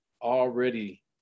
already